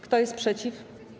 Kto jest przeciw?